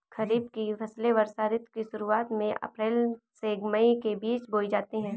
खरीफ की फसलें वर्षा ऋतु की शुरुआत में अप्रैल से मई के बीच बोई जाती हैं